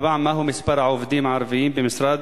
4. מהו מספר העובדים הערבים במשרד